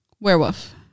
werewolf